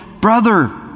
brother